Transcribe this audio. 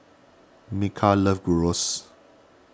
Micah loves Gyros